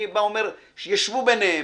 אני אומר: שישבו ביניהם.